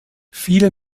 viele